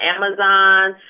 Amazon